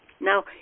Now